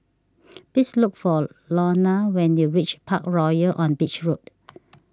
please look for Lorna when you reach Parkroyal on Beach Road